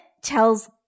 tells